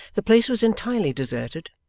the place was entirely deserted,